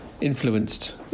influenced